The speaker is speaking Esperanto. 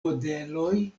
modeloj